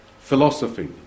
Philosophy